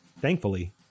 Thankfully